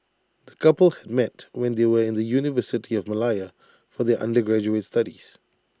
the couple had met when they were in the university of Malaya for their undergraduate studies